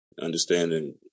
understanding